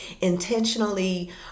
intentionally